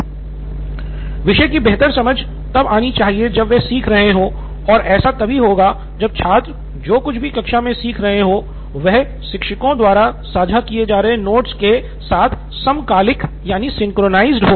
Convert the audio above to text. नितिन कुरियन विषय की बेहतर समझ तब आनी चाहिए जब वे सीख रहे हों और ऐसा तभी होगा जब छात्र जो कुछ भी कक्षा में सीख रहे हो वह शिक्षकों द्वारा साझा किए जा रहे नोट्स के साथ समकालिक यानि synchronized हो